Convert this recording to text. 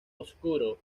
oscuro